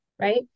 right